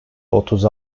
otuz